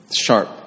sharp